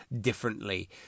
differently